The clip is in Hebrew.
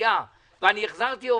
הפיצוצייה ואני החזרתי עובד,